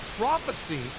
prophecy